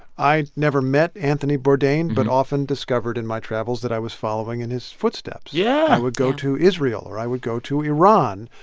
i never met anthony bourdain but often discovered in my travels that i was following in his footsteps yeah i would go to israel, or i would go to iran.